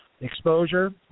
exposure